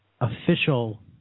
official